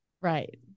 Right